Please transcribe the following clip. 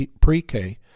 pre-K